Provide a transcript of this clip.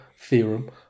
theorem